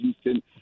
Houston